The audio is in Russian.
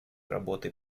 работы